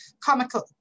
comical